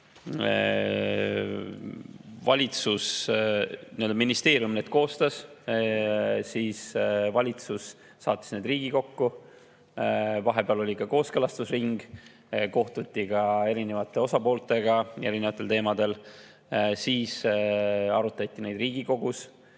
et ministeerium need koostas, valitsus saatis need Riigikokku. Vahepeal oli ka kooskõlastusring, kohtuti eri osapooltega erinevatel teemadel. Siis arutati neid Riigikogus.